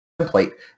template